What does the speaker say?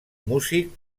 músic